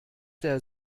der